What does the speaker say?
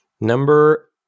Number